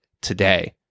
today